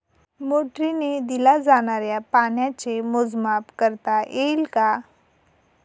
मोटरीने दिल्या जाणाऱ्या पाण्याचे मोजमाप करता येईल का?